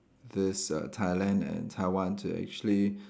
this uh Thailand and Taiwan to actually